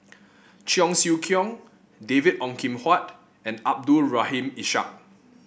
Cheong Siew Keong David Ong Kim Huat and Abdul Rahim Ishak